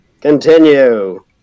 Continue